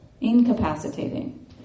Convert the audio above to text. incapacitating